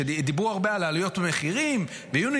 הם דיברו הרבה על עליות המחירים ביוניליוור,